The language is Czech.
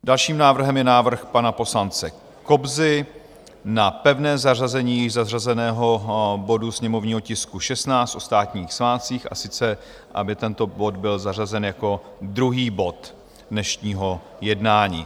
Dalším návrhem je návrh pana poslance Kobzy na pevné zařazení zařazeného sněmovního tisku 16 o státních svátcích, a sice aby tento bod byl zařazen jako druhý bod dnešního jednání.